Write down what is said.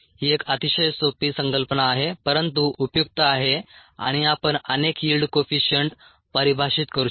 ही एक अतिशय सोपी संकल्पना आहे परंतु उपयुक्त आहे आणि आपण अनेक यिल्ड कोइफिशिअंट परिभाषित करू शकता